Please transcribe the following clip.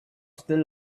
still